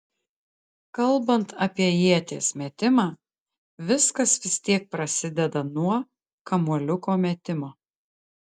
kalbant apie ieties metimą viskas vis tiek prasideda nuo kamuoliuko metimo